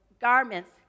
garments